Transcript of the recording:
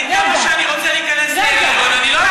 כמה שאני רוצה להיכנס להיריון, אני לא יכול.